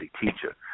teacher